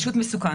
פשוט מסוכן.